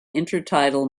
intertidal